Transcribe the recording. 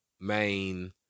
main